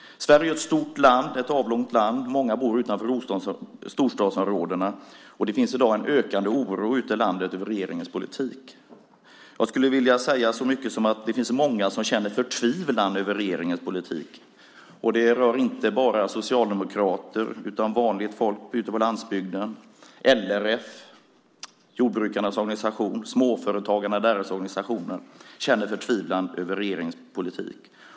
Sverige är ett stort och avlångt land. Många bor utanför storstadsområdena. Och det finns i dag en ökande oro ute i landet över regeringens politik. Jag skulle vilja säga så mycket som att det finns många som känner förtvivlan över regeringens politik. Det handlar inte bara om socialdemokrater utan om vanligt folk ute på landsbygden, LRF, jordbrukarnas organisation, småföretagarna och deras organisationer som känner förtvivlan över regeringens politik.